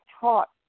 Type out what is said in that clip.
taught